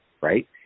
right